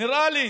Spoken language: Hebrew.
נראה לי